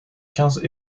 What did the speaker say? quinze